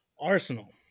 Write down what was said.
Arsenal